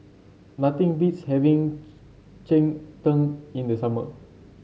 nothing beats having Cheng Tng in the summer